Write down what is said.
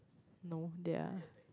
no they're